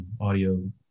audio